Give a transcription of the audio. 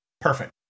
Perfect